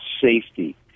safety